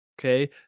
okay